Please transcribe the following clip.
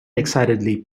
excitedly